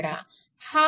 हा v0